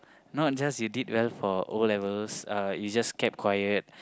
not just you did well for O-levels uh you just kept quiet